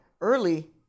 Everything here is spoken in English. early